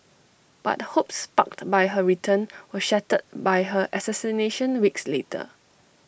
but hopes sparked by her return were shattered by her assassination weeks later